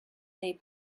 they